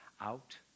out